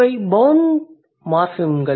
இவை பௌண்ட் மார்ஃபிம்கள்